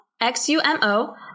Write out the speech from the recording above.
X-U-M-O